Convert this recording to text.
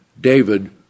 David